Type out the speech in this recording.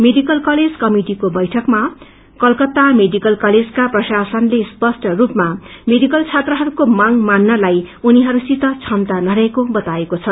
medical college कमिटिको बैठकमा Kolkata medical कलेजका प्रशासनले स्पष्ट स्पमा मेडिकल छत्रहरूको माग मात्रलाई उनीहरूसित क्षमता नरहेको बताएको छ